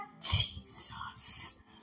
Jesus